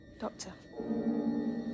Doctor